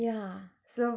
ya so